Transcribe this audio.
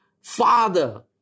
father